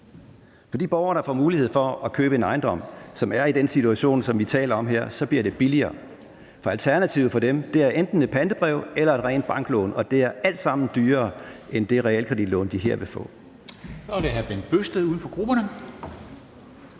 For de borgere, der får mulighed for at købe en ejendom, og som er i den situation, som vi taler om her, bliver det billigere. For alternativet for dem er enten et pantebrev eller et rent banklån, og det er i begge tilfælde dyrere end det realkreditlån, de her vil få.